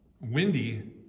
windy